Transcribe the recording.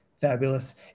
fabulous